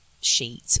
sheet